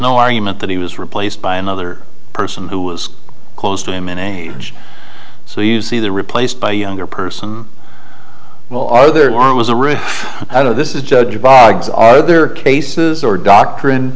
no argument that he was replaced by another person who was close to him in age so you see the replaced by a younger person well are there was a route out of this is judge bogs are there cases or doctrine